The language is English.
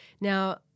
Now